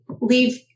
leave